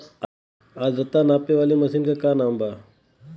आद्रता नापे वाली मशीन क का नाव बा?